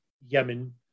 Yemen